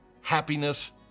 happiness